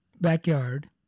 backyard